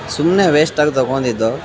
ಸುಮ್ಮನೆ ವೇಷ್ಟಾಗಿ ತಗೊಂಡಿದ್ದು